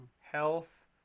Health